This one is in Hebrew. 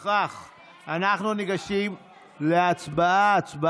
לפיכך אני קובע כי הצעת חוק סיוע לצעירים חסרי עורף משפחתי,